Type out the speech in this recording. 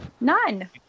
None